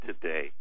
today